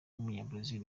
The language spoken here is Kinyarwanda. w’umunyabrazil